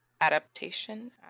adaptation